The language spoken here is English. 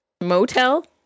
motel